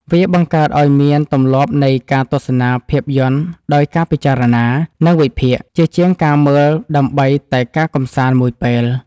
វាបង្កើតឱ្យមានទម្លាប់នៃការទស្សនាភាពយន្តដោយការពិចារណា និងវិភាគ ជាជាងការមើលដើម្បីតែការកម្សាន្តមួយពេល។